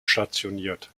stationiert